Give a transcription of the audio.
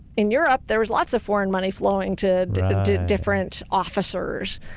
in europe, there was lots of foreign money flowing to different officers.